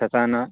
तथा न